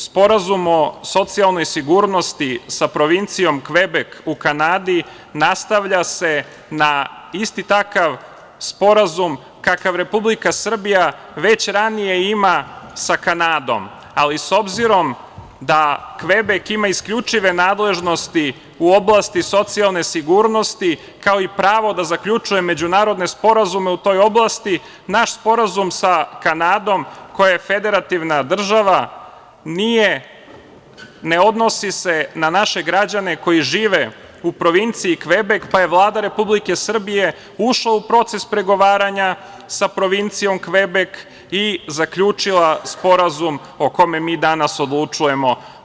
Sporazum o socijalnoj sigurnosti sa provincijom Kvebek u Kanadi nastavlja se na isti takav sporazum kakav Republika Srbija već ranije ima sa Kanadom, ali s obzirom da Kvebek ima isključive nadležnosti u oblasti socijalne sigurnosti kao i pravo da zaključuje međunarodne sporazume u toj oblasti, naš sporazum sa Kanadom, koja je federativna država nije, ne odnosi se na naše građane koji žive u provinciji Kvebek, pa je Vlada Republike Srbije ušla u proces pregovaranja sa provincijom Kvebek i zaključila sporazum o kome mi danas odlučujemo.